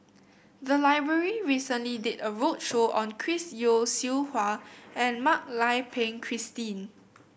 the library recently did a roadshow on Chris Yeo Siew Hua and Mak Lai Peng Christine